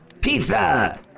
Pizza